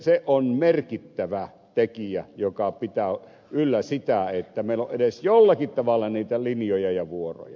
se on merkittävä tekijä joka pitää yllä sitä että meillä on edes jollakin tavalla niitä linjoja ja vuoroja